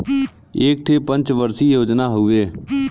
एक ठे पंच वर्षीय योजना हउवे